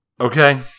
Okay